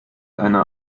einer